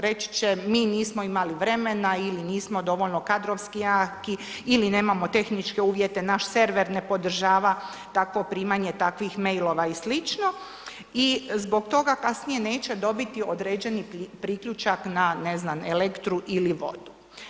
Reći će, mi nismo imali vremena ili nismo dovoljno kadrovski jaki ili nemamo tehničke uvjete, naš server ne podržava takvo primanje takvih mailova i sl. i zbog toga kasnije neće dobiti određeni priključak na, ne znam, Elektru ili vodu.